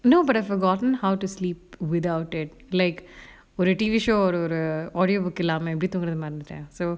no but I forgotten how to sleep without it like would a T_V show ஒரு ஒரு:oru oru audio book இல்லாம எப்படி தூங்குறதுனு மறந்துடன்:illama eppadi thoongurathunu maranthutan so